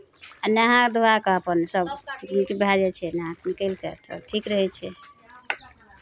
आ नहाए धोआ कऽ अपन सभ नीक भए जाइ छै नहा कऽ निकलि कऽ तब ठीक रहै छै